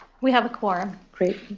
we have a quorum. great.